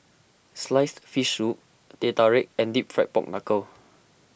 Sliced Fish Soup Teh Tarik and Deep Fried Pork Knuckle